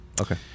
Okay